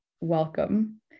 welcome